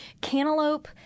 cantaloupe